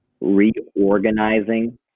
reorganizing